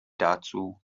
dazu